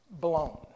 blown